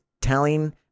telling